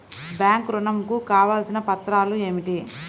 Bank ఋణం కు కావలసిన పత్రాలు ఏమిటి?